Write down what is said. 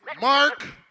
Mark